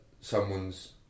someone's